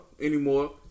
anymore